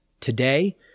today